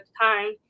time